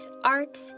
art